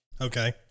Okay